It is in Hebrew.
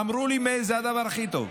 אמרו לי: מאיר, זה הדבר הכי טוב,